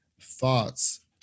thoughts